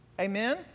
Amen